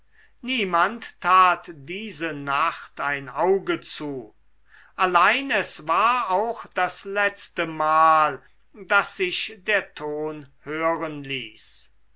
niemand tat diese nacht ein auge zu allein es war auch das letzte mal daß sich der ton hören ließ